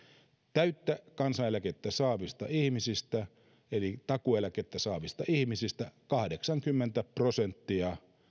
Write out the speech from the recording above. täyttä kansaneläkettä saavista ihmisistä eli takuueläkettä saavista ihmisistä kahdeksankymmentä prosenttia